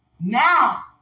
Now